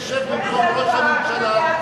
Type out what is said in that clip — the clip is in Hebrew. תשב במקום ראש הממשלה,